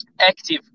active